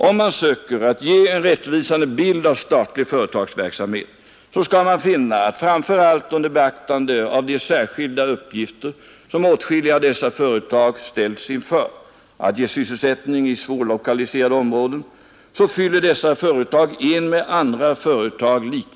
Om man söker ge en rättvisande bild av statlig företagsverksamhet skall man finna att de statliga företagen framför allt under beaktande av de särskilda uppgifter som åtskilliga av dem ställts inför — att ge sysselsättning i svårlokaliserade områden — fyller en uppgift likvärdig andra företags.